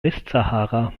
westsahara